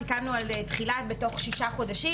סיכמנו על תחילה בתוך חודשים,